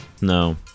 No